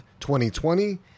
2020